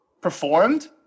performed